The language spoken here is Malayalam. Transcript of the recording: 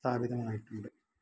സ്ഥാപിതമായിട്ടുണ്ട്